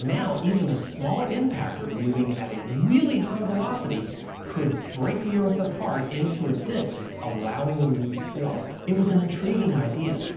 now even a smaller impactor moving at a really high velocity could break the earth apart into a disk, allowing the moon to form. it was an intriguing idea,